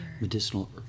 medicinal